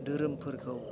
दोहोरोमफोरखौ